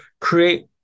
create